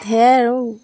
সেয়াই আৰু